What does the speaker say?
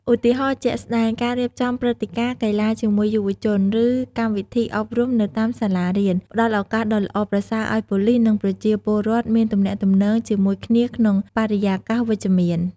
ឧទាហរណ៍ជាក់ស្ដែង ការរៀបចំព្រឹត្តិការណ៍ កីឡាជាមួយយុវជន ឬ កម្មវិធីអប់រំនៅតាមសាលារៀន ផ្តល់ឱកាសដ៏ល្អប្រសើរឲ្យប៉ូលីស និងប្រជាពលរដ្ឋមានទំនាក់ទំនងជាមួយគ្នាក្នុងបរិយាកាសវិជ្ជមាន។